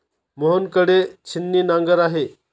मोहन कडे छिन्नी नांगर आहे